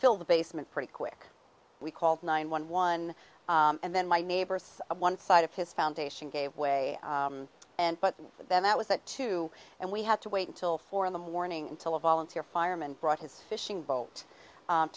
filled the basement pretty quick we called nine one one and then my neighbors one side of his foundation gave way and but then that was that two and we had to wait until four in the morning until a volunteer fireman brought his fishing boat